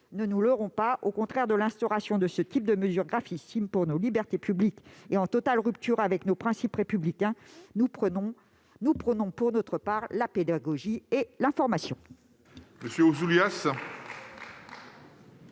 ne nous leurrons pas. À l'inverse de ce type de mesures gravissimes pour nos libertés publiques, en totale rupture avec nos principes républicains, nous prônons, pour notre part, la pédagogie et l'information.